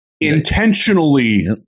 Intentionally